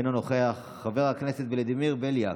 אינו נוכח, חבר הכנסת ולדימר בליאק,